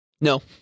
No